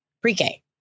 pre-K